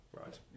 Right